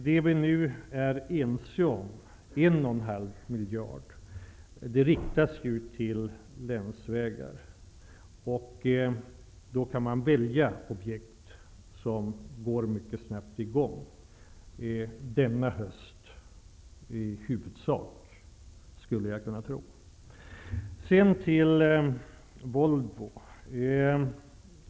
De en och en halv miljard som vi nu är ense om riktas till länsvägar, och då kan man välja objekt som går att sätta i gång mycket snabbt, i huvudsak denna höst, skulle jag tro. Sedan till Volvo.